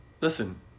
listen